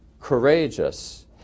courageous